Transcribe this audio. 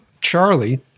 Charlie